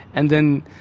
and then,